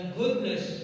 goodness